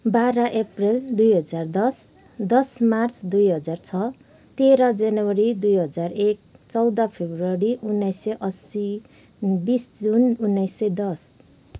बाह्र अप्रिल दुई हजार दस दस मार्च दुई हजार छ तेह्र जनवरी दुई हजार एक चौध फेब्रुअरी उन्नाइस सय असी बिस जुन उन्नाइस सय दस